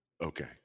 Okay